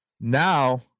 Now